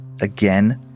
Again